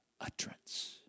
utterance